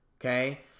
Okay